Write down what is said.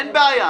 אין בעיה.